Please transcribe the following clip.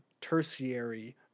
tertiary